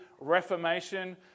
reformation